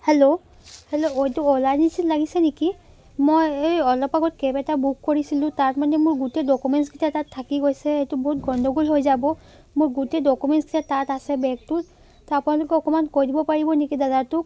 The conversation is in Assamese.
হেল্ল' হেল্ল' এইটো অ'লা এজেঞ্চিত লাগিছে নেকি মই এই অলপ আগত কেব এটা বুক কৰিছিলোঁ তাত মানে মোৰ গোটেই ডকুমেণ্টছকেইটা তাত থাকি গৈছে এইটো বহুত গণ্ডগোল হৈ যাব মোৰ গোটেই ডকুমেণ্টছকেইটা তাত আছে বেগটোত তা আপোনালোকে অকণমান কৈ দিব পাৰিব নেকি দাদাটোক